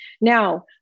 Now